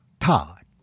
Todd